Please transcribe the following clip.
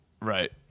Right